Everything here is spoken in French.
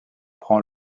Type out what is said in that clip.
prend